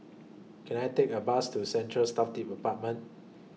Can I Take A Bus to Central Staff Tave Apartment